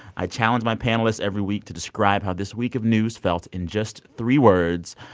i challenge my panelists every week to describe how this week of news felt in just three words.